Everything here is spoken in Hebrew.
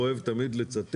כמו שהאוצר אוהב תמיד לצטט,